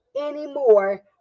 anymore